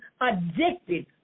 addicted